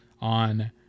on